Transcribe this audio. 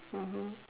mmhmm